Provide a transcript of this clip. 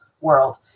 world